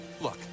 look